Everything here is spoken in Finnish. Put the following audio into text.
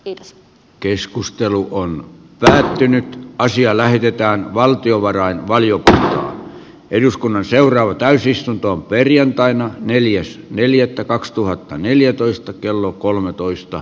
edes keskustelu on pääosin asiaa lähdetään valtiovarainvaliota eduskunnan seuraava täysistunto perjantaina neljäs neljättä kaksituhattaneljätoista kello kolmetoista